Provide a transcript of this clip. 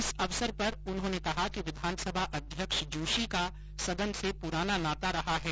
इस अवसर पर उन्होंने कहा कि विधानसभा अध्यक्ष जोशी का सदन से पुराना नाता रहा है